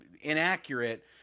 inaccurate